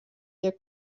der